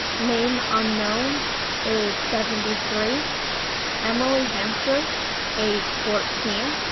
name unknown age seventy three emily hampshire age fourteen,